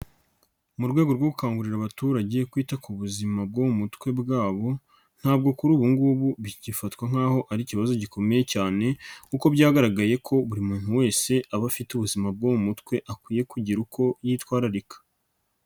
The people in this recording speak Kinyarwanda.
Mu rwego rwo gukangurira abaturage kwita ku buzima bwo mu mutwe bwabo ntabwo kuri ubungubu bigifatwa nk'aho ari ikibazo gikomeye cyane kuko byagaragaye ko buri muntu wese aba afite ubuzima bwo mu mutwe akwiye kugira uko yitwararika.